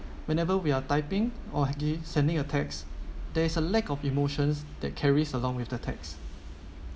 whenever we are typing or sending a text there is a lack of emotions that carries along with the text